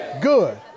good